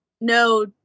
No